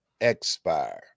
expire